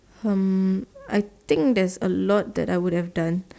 um I think there's a lot that I would have done